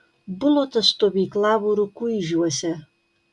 bulota stovyklavo rukuižiuose